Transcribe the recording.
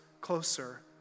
closer